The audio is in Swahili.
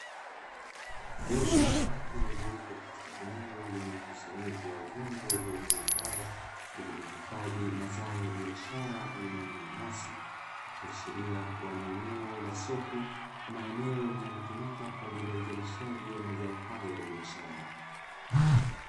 Jopo la watu waliopo katika eneo lenye mkusanyiko wa vyombo vya umbo mraba, vilivyohifadhi mazao ya biashara aina ya mananasi, ikiashiria kuwa ni eneo la soko ama eneo linalotumika kwa ajili ya uzalishaji wa mazao hayo ya biashara.